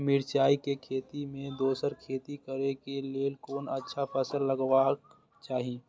मिरचाई के खेती मे दोसर खेती करे क लेल कोन अच्छा फसल लगवाक चाहिँ?